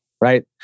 right